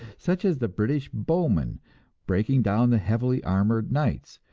such as the british bowmen breaking down the heavily armored knights,